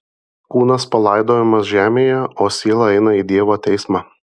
kūnas palaidojamas žemėje o siela eina į dievo teismą